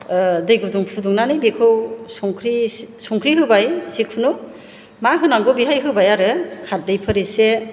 दै गुदुं फुदुंनानै बेखौ संख्रि एसे संख्रै होबाय जिखुनु मा होनांगौ बेहाय होबाय आरो खारदैफोर एसे